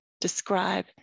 describe